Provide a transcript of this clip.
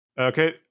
Okay